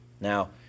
Now